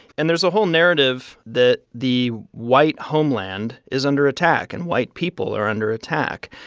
and there's a whole narrative that the white homeland is under attack and white people are under attack.